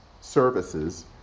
services